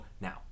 now